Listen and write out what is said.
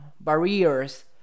barriers